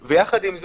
יחד עם זאת,